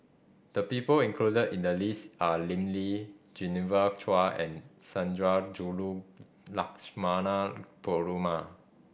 the people included in the list are Lim Lee Genevieve Chua and Sundarajulu Lakshmana Perumal